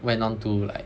went on to like